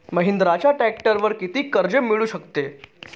महिंद्राच्या ट्रॅक्टरवर किती कर्ज मिळू शकते?